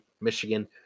Michigan